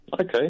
Okay